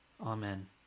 Amen